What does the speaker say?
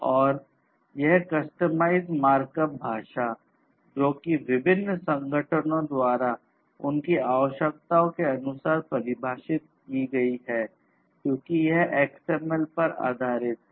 और यह customize markup भाषा जोकि विभिन्न संगठनों द्वारा उनकी आवश्यकताओं के अनुसार परिभाषित की गई है क्योंकि यह XML पर आधारित है